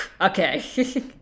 Okay